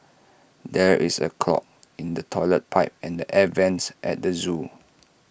there is A clog in the Toilet Pipe and the air Vents at the Zoo